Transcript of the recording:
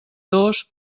dos